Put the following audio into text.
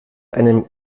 einem